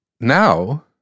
now